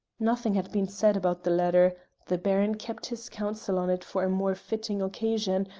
nothing had been said about the letter the baron kept his counsel on it for a more fitting occasion,